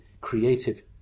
creative